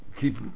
keep